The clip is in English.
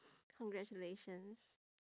congratulations